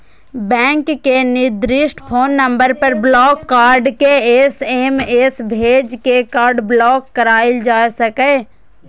bank के निर्दिष्ट phone number पर ब्लॉक कार्ड के एस.एम.एस भेज के कार्ड ब्लॉक कराएल जा सकैए